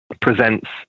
presents